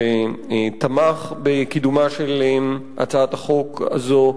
שתמך בקידומה של הצעת החוק הזאת,